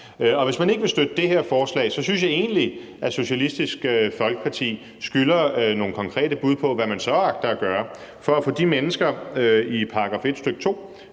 Hvis man ikke vil støtte det her forslag, synes jeg egentlig at Socialistisk Folkeparti skylder at give nogle konkrete bud på, hvad man så agter at gøre for at få de mennesker i § 1, stk. 2